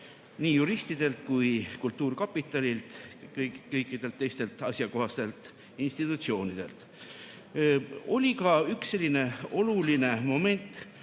nii juristidelt, kultuurkapitalilt kui ka kõikidelt teistelt asjakohastelt institutsioonidelt. Oli ka üks selline oluline moment,